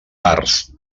parts